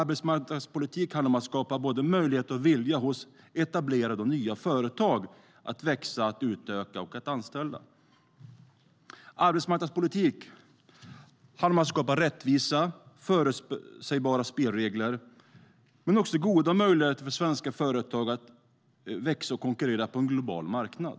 Arbetsmarknadspolitik handlar om att skapa både möjligheter och vilja hos etablerade och nya företag att växa, utöka och anställa. Arbetsmarknadspolitik handlar om att skapa inte bara rättvisa och förutsägbara spelregler utan också goda möjligheter för svenska företag att växa och konkurrera på en global marknad.